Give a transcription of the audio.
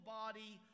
body